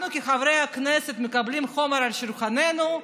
אנחנו כחברי הכנסת מקבלים חומר על שולחננו,